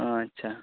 ᱚᱸᱻ ᱟᱪᱪᱷᱟ